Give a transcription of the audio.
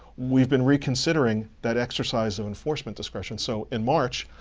we've been reconsidering that exercise of enforcement discretion. so in march,